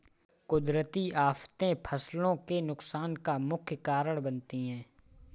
कुदरती आफतें फसलों के नुकसान का मुख्य कारण बनती है